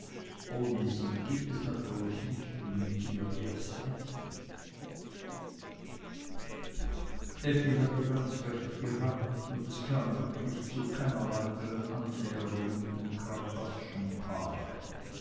ohne sie geht es natürlich nicht und mit ihr erst recht nicht effi hatte ganz recht gehabt und es kam wirklich zu keiner weiteren annäherung mit dem crampasschen paar